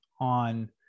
on